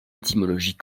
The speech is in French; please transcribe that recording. étymologie